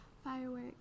fireworks